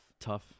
tough